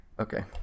Okay